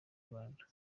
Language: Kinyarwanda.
rwanda